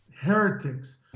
heretics